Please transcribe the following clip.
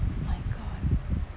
my god